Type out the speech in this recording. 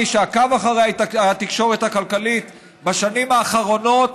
מי שעקב אחרי התקשורת הכלכלית בשנים האחרונות,